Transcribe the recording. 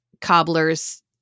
cobbler's